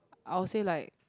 I'll say like